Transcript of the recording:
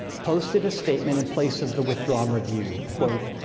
posted a statement in place of the withdrawn review. quote,